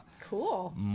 cool